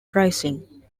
pricing